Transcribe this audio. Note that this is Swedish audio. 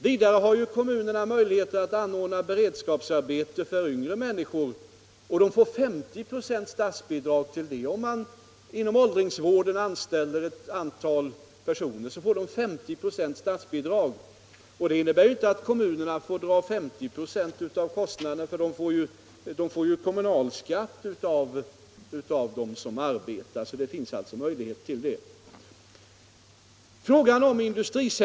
Vidare har kommunerna möjligheter att anordna beredskapsarbete för yngre människor, och de får 50 ?v statsbidrag till det — om de inom exempelvis åldringsvården anställer ett antal personer får de statsbidrag med 50 26 av kostnaderna. Det innebär ju inte att kommunerna får dra 119 arbetslösheten i Västernorrlands län 120 av hälften av kostnaderna, eftersom de sedan får kommunalskatt av dem som arbetar. Det finns alltså ytterligare en möjlighet där för kommunerna.